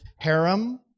harem